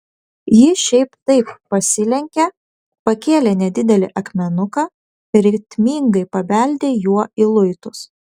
ji šiaip taip pasilenkė pakėlė nedidelį akmenuką ritmingai pabeldė juo į luitus